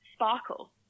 sparkle